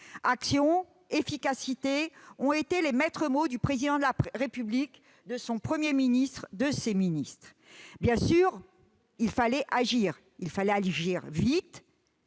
Action et efficacité ont été les maîtres mots du Président de la République, de son Premier ministre et des ministres. Bien sûr, il fallait agir vite ; bien